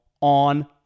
on